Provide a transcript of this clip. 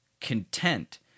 content